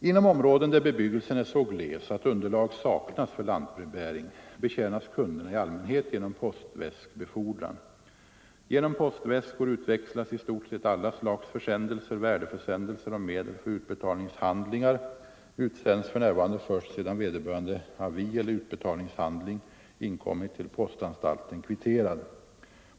Inom områden där bebyggelsen är så gles att underlag saknas för lantbrevbäring betjänas kunderna i allmänhet genom postväskbefordran. Genom postväskor utväxlas i stort sett alla slags försändelser. Värdeförsändelser och medel för utbetalningshandlingar utsänds för närvarande först sedan vederbörande avi eller utbetalningshandling inkommit till postanstalten kvitterad.